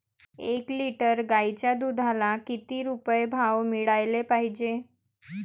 एक लिटर गाईच्या दुधाला किती रुपये भाव मिळायले पाहिजे?